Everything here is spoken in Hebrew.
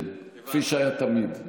כן, כפי שהיה תמיד.